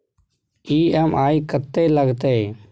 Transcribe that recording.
EMI कत्ते लगतै?